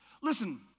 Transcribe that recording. Listen